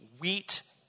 wheat